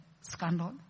scandal